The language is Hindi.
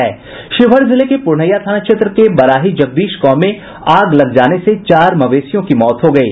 शिवहर जिले के पुरनहिया थाना क्षेत्र के बराही जगदीश गांव में आग लग जाने से चार मवेशियों की मौत हो गयी